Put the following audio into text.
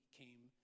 came